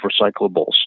recyclables